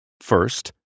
First